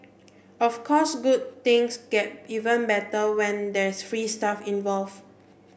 of course good things get even better when there's free stuff involved